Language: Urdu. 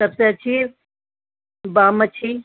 سب سے اچھی بام مچھی